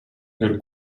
per